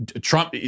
Trump